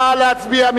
נא להצביע.